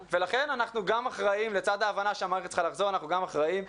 לצד ההבנה שהמערכת צריכה לחזור, אנחנו גם אחראים.